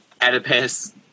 Oedipus